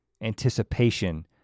anticipation